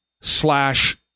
slash